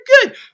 good